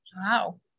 wow